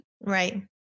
Right